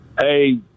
Hey